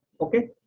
okay